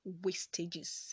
wastages